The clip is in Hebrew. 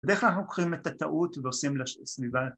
‫בדרך כלל אנחנו קוראים ‫את הטעות ועושים לה סביבה